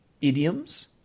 idioms